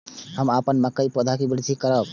हम अपन मकई के पौधा के वृद्धि करब?